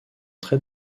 très